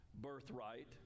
birthright